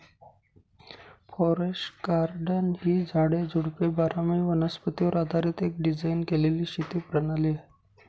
forest garden ही झाडे, झुडपे बारामाही वनस्पतीवर आधारीत एक डिझाइन केलेली शेती प्रणाली आहे